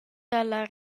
dalla